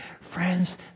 Friends